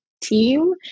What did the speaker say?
team